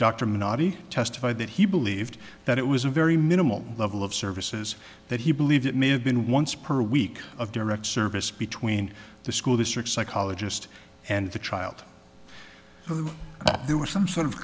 menotti testified that he believed that it was a very minimal level of services that he believed it may have been once per week of direct service between the school district psychologist and the child there was some sort of